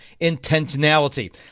intentionality